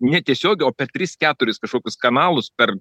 netiesiogiai per tris keturis kažkokius kanalus per